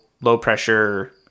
low-pressure